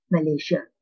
Malaysia